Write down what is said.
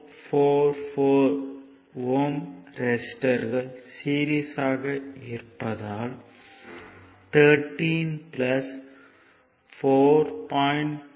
444 Ω ரெசிஸ்டர்கள் சீரிஸ்யாக இருப்பதால் 13 4